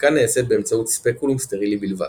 הבדיקה נעשית באמצעות ספקולום סטרילי בלבד.